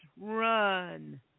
run